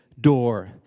door